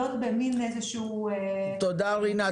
תודה רוית.